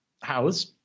house